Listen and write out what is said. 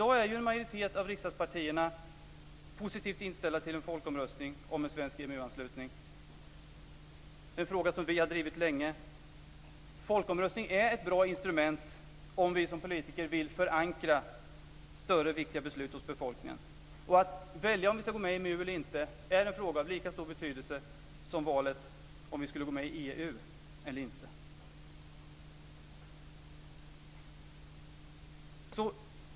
I dag är ju en majoritet av riksdagspartierna positivt inställda till en folkomröstning om en svensk EMU-anslutning. Det är en fråga som vi har drivit länge. Folkomröstning är ett bra instrument om vi som politiker vill förankra större och viktiga beslut hos befolkningen. Att välja om vi ska gå med i EMU eller inte är en fråga av lika stor betydelse som valet om vi skulle gå med i EU eller inte.